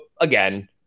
again